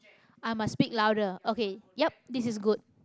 i must speak louder okay yup this is good